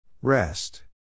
Rest